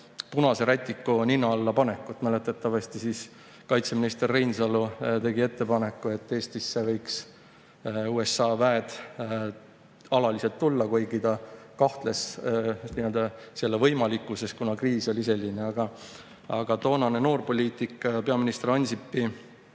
punase rätiku nina alla panekut. Mäletatavasti tegi siis kaitseminister Reinsalu ettepaneku, et USA väed võiks Eestisse alaliselt tulla, kuigi ta kahtles selle võimalikkuses, kuna oli selline kriis. Aga toonane noorpoliitik, peaminister Ansipi